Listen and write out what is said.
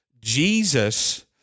Jesus